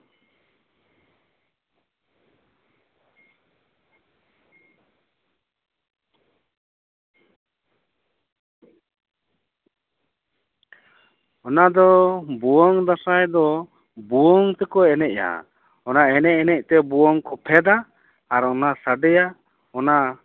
ᱚᱱᱟᱫᱚ ᱵᱷᱩᱣᱟᱹᱝ ᱫᱟᱸᱥᱟᱭ ᱫᱚ ᱵᱷᱩᱣᱟᱹᱝ ᱛᱮᱠᱚ ᱮᱱᱮᱡᱼᱟ ᱚᱱᱟ ᱮᱱᱮᱡ ᱮᱱᱮᱡᱛᱮ ᱵᱷᱩᱣᱟᱹᱝ ᱫᱚ ᱯᱷᱮᱼᱫᱟ ᱟᱨ ᱚᱱᱟ ᱥᱟᱰᱮᱭᱟ ᱚᱱᱟ